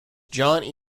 john